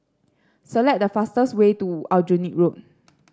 select the fastest way to Aljunied Road